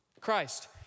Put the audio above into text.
Christ